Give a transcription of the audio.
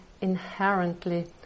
inherently